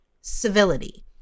civility